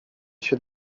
się